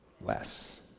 less